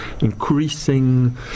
increasing